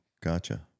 Gotcha